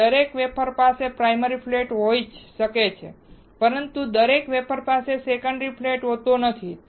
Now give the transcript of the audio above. તેથી દરેક વેફર પાસે પ્રાઈમરી ફ્લેટ હોય છે પરંતુ દરેક વેફર પાસે સેકન્ડરી ફ્લેટ હોતો નથી